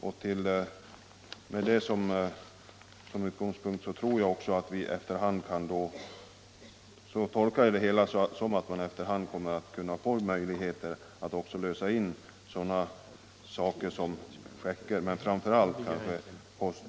Jag tolkar svaret så att man efter hand kommer att kunna få möjligheter att lösa in t.ex. checkar men framför allt bankgiroutbetalningskort, så att postens kunder kan få kontanter direkt i näven när de går till posten för att få ett bankgiroutbetalningskort inlöst.